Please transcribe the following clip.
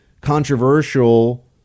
controversial